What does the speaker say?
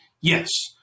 Yes